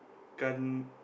can't